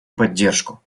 поддержку